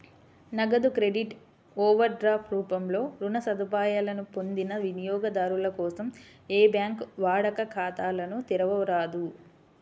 నగదు credit, overdraft రూపంలో రుణ సదుపాయాలను పొందిన వినియోగదారుల కోసం ఏ బ్యాంకూ వాడుక ఖాతాలను తెరవరాదు